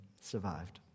survived